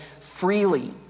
freely